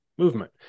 movement